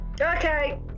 Okay